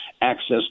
access